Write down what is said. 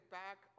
back